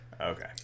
Okay